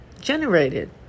generated